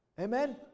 Amen